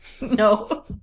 No